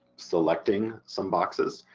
selecting some boxes.